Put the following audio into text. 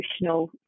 emotional